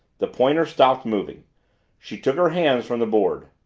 the pointer stopped moving she took her hands from the board.